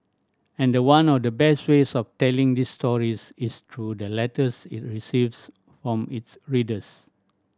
and one of the best ways of telling these stories is through the letters it receives from its readers